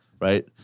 right